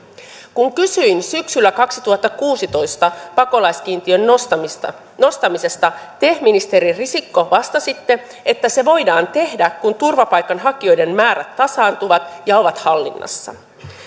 kun kysyin syksyllä kaksituhattakuusitoista pakolaiskiintiön nostamisesta te ministeri risikko vastasitte että se voidaan tehdä kun turvapaikanhakijoiden määrät tasaantuvat ja ovat hallinnassa